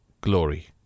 glory